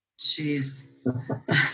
Jeez